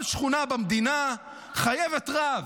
כל שכונה במדינה חייבת רב.